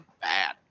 bad